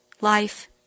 life